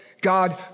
God